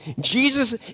Jesus